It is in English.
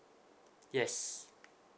yes